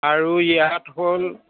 আৰু ইয়াত হ'ল